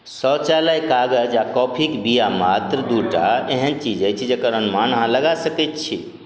शौचालय कागज आओर कॉफिक बीया मात्र दूटा एहन चीज अछि जकर अनुमान अहाँ लगा सकैत छी